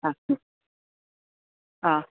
अस्तु हा